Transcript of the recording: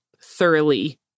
thoroughly